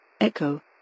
Echo